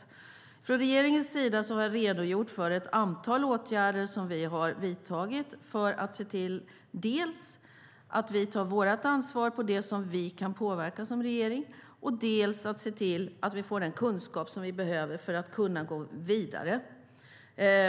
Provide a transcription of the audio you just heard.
I fråga om regeringen har jag redogjort för ett antal åtgärder som vi har vidtagit för att dels se till att vi tar vårt ansvar för det som vi som regering kan påverka, dels att se till att vi får den kunskap vi behöver för att kunna gå vidare.